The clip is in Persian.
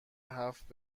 هفت